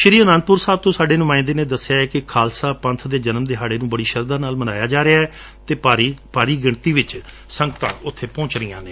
ਸ੍ਰੀ ਆਨੰਦਪੁਰ ਸਾਹਿਬ ਤੋ ਸਾਡੇ ਨੂਮਾਇੰਦੇ ਨੇ ਦਸਿਐ ਕਿ ਖਾਲਸਾ ਪੰਬ ਦੇ ਜਨਮ ਦਿਹਾੜੇ ਨੂੰ ਬੜੀ ਸ਼ਰਧਾ ਨਾਲ ਮਨਾਇਆ ਜਾ ਰਿਹੈ ਅਤੇ ਭਾਰੀ ਗਿਣਤੀ ਵਿਚ ਸੰਗਤਾਂ ਪਹੁੰਚ ਰਹੀਆਂ ਨੇ